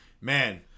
man